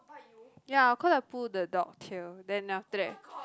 ya cause I pull the dog tail then after that